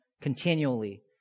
continually